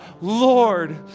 Lord